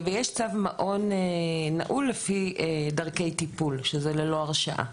ויש צו מעון נעול לפי דרכי טיפול, שזה ללא הרשעה.